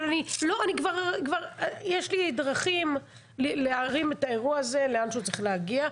אבל יש לי כבר דרכים להרים את האירוע הזה לאן שהוא צריך להגיע.